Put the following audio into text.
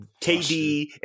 KD